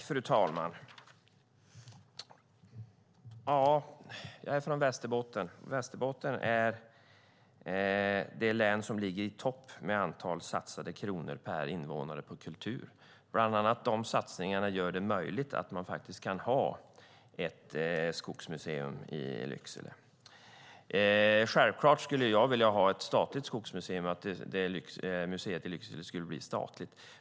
Fru talman! Jag är från Västerbotten. Västerbotten är det län som ligger i topp när det gäller satsade kronor per invånare på kultur. Bland annat är det de satsningarna som gör det möjligt att ha ett skogsmuseum i Lycksele. Självklart skulle jag vilja att Skogsmuseet i Lycksele blev statligt.